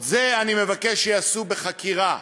את זה אני מבקש שיעשו בחקירה.